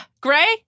gray